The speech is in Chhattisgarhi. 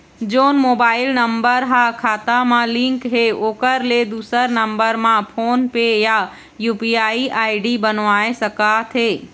जोन मोबाइल नम्बर हा खाता मा लिन्क हे ओकर ले दुसर नंबर मा फोन पे या यू.पी.आई आई.डी बनवाए सका थे?